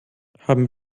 haben